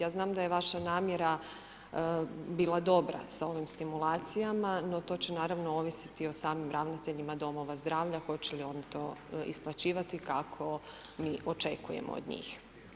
Ja znam da je vaša namjera bila dobra sa ovim stimulacijama, no to će naravno ovisiti i o samim ravnatelja domova zdravlja hoće li oni to isplaćivati kako mi očekujemo od njih.